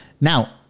Now